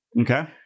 Okay